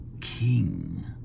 king